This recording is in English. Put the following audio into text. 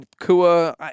Kua